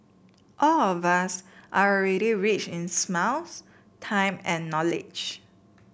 all of us are already rich in smiles time and knowledge